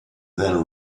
then